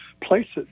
places